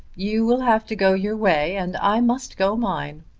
you will have to go your way and i must go mine.